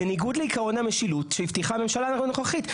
בניגוד לעיקרון המשילות שהבטיחה הממשלה הנוכחית.